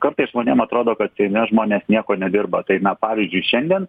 kartais žmonėm atrodo kad seime žmonės nieko nedirba tai na pavyzdžiui šiandien